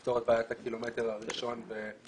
לפתור את בעיית הקילומטר הראשון והאחרון,